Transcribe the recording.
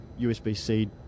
USB-C